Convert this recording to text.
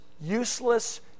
useless